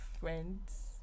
friends